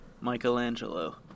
Michelangelo